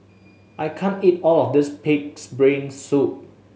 I can't eat all of this Pig's Brain Soup